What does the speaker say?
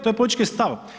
To je politički stav.